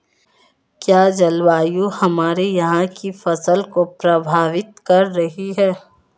क्या जलवायु हमारे यहाँ की फसल को प्रभावित कर रही है?